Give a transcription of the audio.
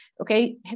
Okay